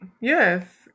Yes